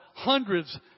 Hundreds